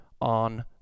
on